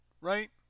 right